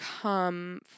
come